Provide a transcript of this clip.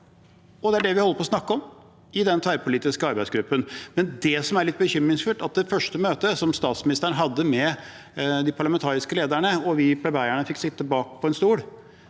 det er det vi holder på med å snakke om i den tverrpolitiske arbeidsgruppen. Det som er litt bekymringsfullt, er at i det første møtet som statsministeren hadde med de parlamentariske lederne – vi plebeierne fikk sitte bak på en stol